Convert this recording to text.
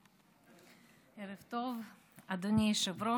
ערב טוב, אדוני היושב-ראש.